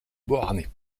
beauharnais